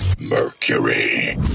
Mercury